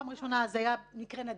היה מקרה נדיר.